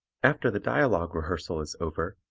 after the dialogue rehearsal is over,